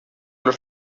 los